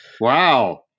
Wow